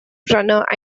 runner